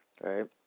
Right